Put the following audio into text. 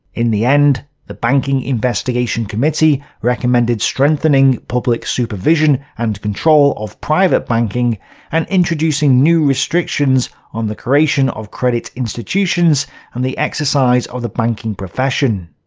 in the end, the banking investigation committee recommended strengthening public supervision and control of private banking and introducing new restrictions on the creation of credit institutions and the exercise of the banking profession.